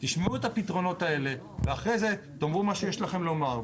תשמעו את הפתרונות האלה ואחרי זה תאמרו את מה שיש לכם לומר.